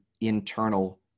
internal